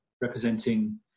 representing